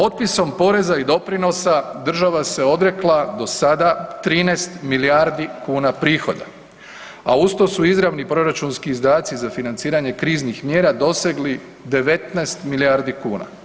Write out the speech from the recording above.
Otpisom poreza i doprinosa država se odrekla do sada 13 milijardi kuna prihoda, a uz to su izravni proračunski izdaci za financiranje kriznih mjera dosegli 19 milijardi kuna.